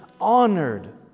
honored